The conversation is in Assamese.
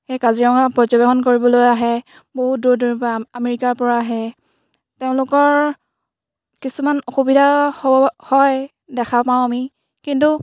সেই কাজিৰঙা পৰ্যবেক্ষণ কৰিবলৈ আহে বহুত দূৰ দূৰৰ পৰা আমেৰিকাৰ পৰা আহে তেওঁলোকৰ কিছুমান অসুবিধা হ'ব হয় দেখা পাওঁ আমি কিন্তু